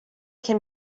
can